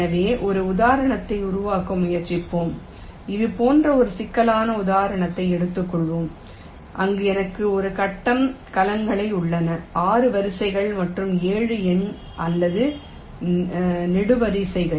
எனவே ஒரு உதாரணத்தை உருவாக்க முயற்சிப்போம் இது போன்ற ஒரு சிக்கலான உதாரணத்தை எடுத்துக்கொள்வோம் அங்கு எனக்கு ஒரு கட்டம் கலங்கள் உள்ளன 6 வரிசைகள் மற்றும் 7 எண் அல்லது நெடுவரிசைகள்